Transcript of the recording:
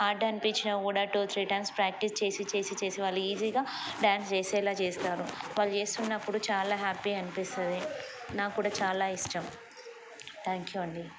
ఆట అనిపించిన కూడా టూ త్రీ టైమ్స్ ప్రాక్టీస్ చేసి చేసి చేసి వాళ్ళు ఈజీగా డ్యాన్స్ చేసేలా చేస్తారు వాళ్ళు చేస్తున్నప్పుడు చాలా హ్యాపీ అనిపిస్తుంది నా కూడా చాలా ఇష్టం థ్యాంక్యు అండి